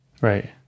Right